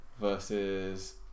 versus